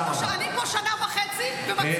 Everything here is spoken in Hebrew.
אני פה שנה וחצי ומצביעה למה שצריך להצביע.